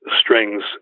strings